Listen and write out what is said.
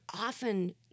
often